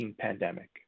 pandemic